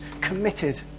committed